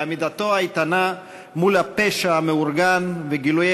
ועמידתו האיתנה מול הפשע המאורגן וגילויי